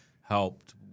helped